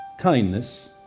kindness